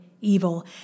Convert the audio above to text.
evil